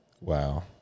Wow